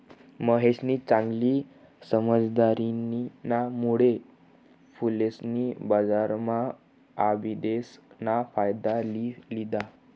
महेशनी चांगली समझदारीना मुळे फुलेसनी बजारम्हा आबिदेस ना फायदा लि लिदा